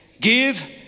Give